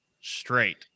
Straight